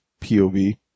POV